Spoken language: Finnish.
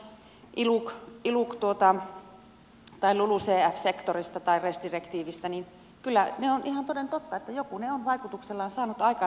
tai kun puhutaan iluc tai lulucf sektorista tai res direktiivistä niin kyllä joku ihan toden totta ne on vaikutuksellaan saanut aikaan